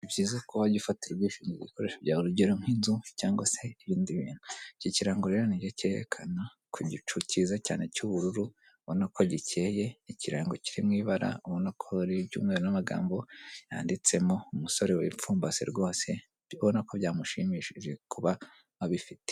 Ni byiza ko wajya ufatira ubwishingizi ibikoresho byawe urugero nk'inzu cyangwa se ibindi bintu, iki kirango rero nibyo cyerekana ku gicu cyiza cyane cy'ubururu ubona ko gikeye, ikirango kiri mu ibara abona ko ari iry'umweru n'amagambo yanditsemo, umusore wipfumbase rwose urikubona ko byamushimishije kuba abifite.